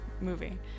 movie